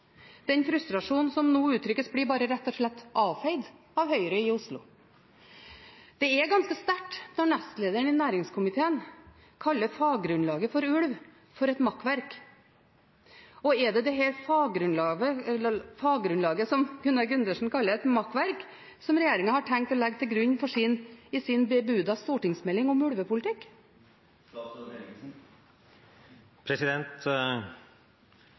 Den frustrasjonen som nå uttrykkes, blir rett og slett bare avfeid av Høyre i Oslo. Det er ganske sterkt når nestlederen i næringskomiteen kaller faggrunnlaget for ulv «et makkverk», og er det dette faggrunnlaget som Gunnar Gundersen kaller «et makkverk», som regjeringen har tenkt å legge til grunn for sin bebudede stortingsmelding om ulvepolitikk? Vi tar utgangspunkt i